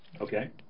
Okay